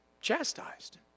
chastised